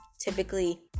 typically